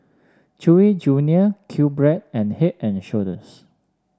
Chewy Junior QBread and Head And Shoulders